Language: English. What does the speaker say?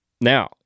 Now